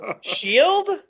Shield